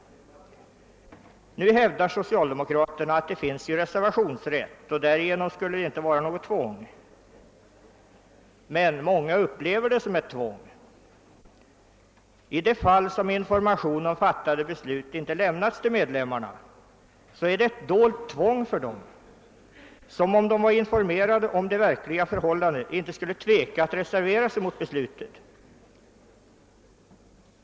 Socialdemokraterna hävdar nu att det finns reservationsrätt och att det därigenom inte skulle vara fråga om något tvång, men många upplever ändå kollektivanslutningen som ett tvång. I de fall där information om fattade beslut inte lämnas till medlem marna förekommer ett dolt tvång för dem som, om de hade varit informerade om det verkliga förhållandet, inte skulle tveka att reservera sig mot beslutet.